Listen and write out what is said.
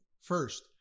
First